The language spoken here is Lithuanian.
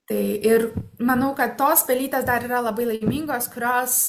tai ir manau kad tos pelytės dar yra labai laimingos kurios